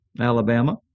Alabama